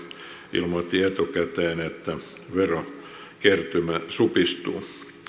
ilmoitti etukäteen että verokertymä supistuu